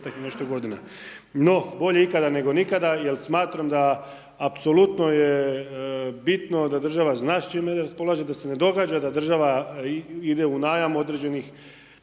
i nešto godina. No, bolje ikada nego nikada jel smatram da apsolutno je bitno da država zna s čime raspolaže, da se ne događa da država ide u najam određenih